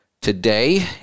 today